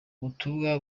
butumwa